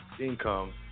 income